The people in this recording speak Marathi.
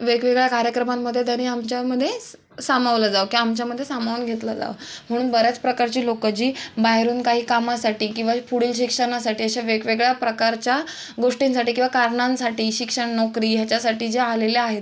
वेगवेगळ्या कार्यक्रमांमध्ये त्यांनी आमच्यामध्ये स सामावलं जावं की आमच्यामध्ये सामावून घेतलं जावं म्हणून बऱ्याच प्रकारची लोकं जी बाहेरून काही कामासाठी किंवा पुढील शिक्षणासाठी अशा वेगवेगळ्या प्रकारच्या गोष्टींसाठी किंवा कारणांसाठी शिक्षण नोकरी ह्याच्यासाठी जे आलेले आहेत